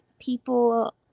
people